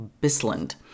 Bisland